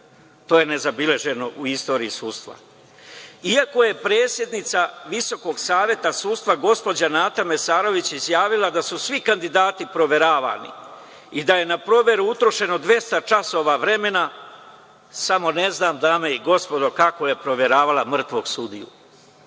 to je nezabeleženo u istoriji sudstva, iako je predsednica Visokog saveta sudstva gospođa Nata Mesarević izjavila da su svi kandidati proveravani i da je na proveru utrošeno 200 časova vremena. Samo ne znam, dame i gospodo, kako je proveravala mrtvog sudiju? Kakvo